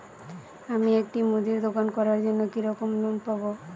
আমি একটি মুদির দোকান করার জন্য কি রকম লোন পাব?